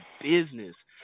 business